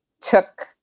took